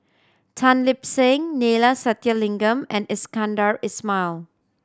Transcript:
Tan Lip Seng Neila Sathyalingam and Iskandar Ismail